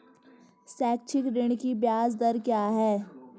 शैक्षिक ऋण की ब्याज दर क्या है?